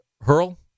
Hurl